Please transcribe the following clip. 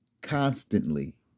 constantly